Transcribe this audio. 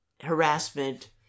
harassment